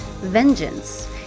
vengeance